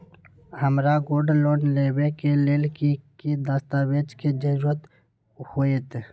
हमरा gold loan लेबे के लेल कि कि दस्ताबेज के जरूरत होयेत?